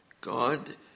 God